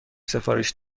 سفارش